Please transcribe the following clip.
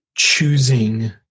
choosing